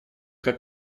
как